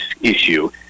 issue